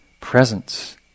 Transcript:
presence